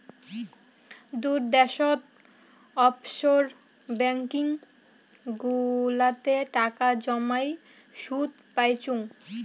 দূর দ্যাশোত offshore banking গুলাতে টাকা জমাই সুদ পাইচুঙ